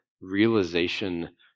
realization